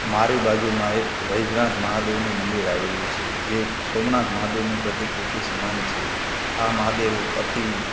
મારી બાજુમાં એક વૈધનાથ મહાદેવનું મંદિર આવેલું છે જે સોમનાથ મહાદેવની પ્રતિકૃતિ સમાન છે આ મહાદેવ અતિ